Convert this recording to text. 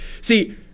See